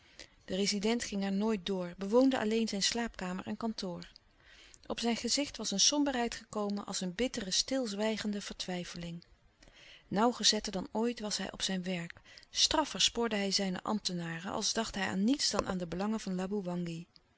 de rezident ging er nooit door bewoonde alleen zijn slaapkamer en kantoor op zijn gezicht was een somberheid gekomen als een bittere stilzwijgende vertwijfeling nauwgezetter dan ooit was hij op zijn werk straffer spoorde hij zijne ambtenaren als dacht hij aan niets dan aan de belangen van